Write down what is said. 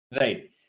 right